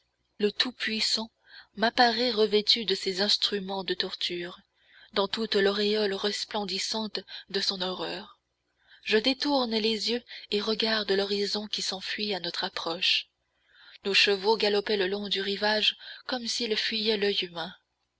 le tout-puissant m'apparaît revêtu de ses instruments de torture dans toute l'auréole resplendissante de son horreur je détourne les yeux et regarde l'horizon qui s'enfuit à notre approche nos chevaux galopaient le long du rivage comme s'ils fuyaient l'oeil humain